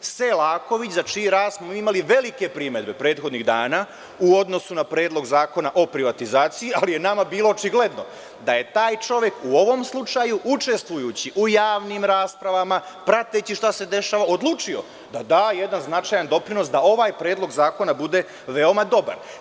Selaković za čiji rad smo imali velike primedbe prethodnih dana u odnosu na Predlog zakona o privatizaciji, ali je nama bilo očigledno da je taj čovek u ovom slučaju učestvujući u javnim raspravama, prateći šta se dešava odlučio da da jedan značajan doprinos da ovaj predlog zakona bude veoma dobar.